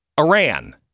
Iran